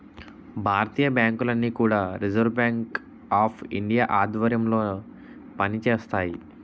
భారతీయ బ్యాంకులన్నీ కూడా reserve bank of India ఆధ్వర్యంలో పనిచేస్తాయి